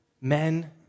men